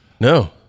No